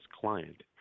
client